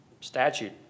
statute